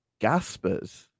Gaspers